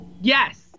yes